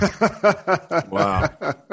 Wow